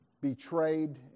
betrayed